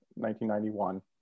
1991